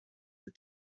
the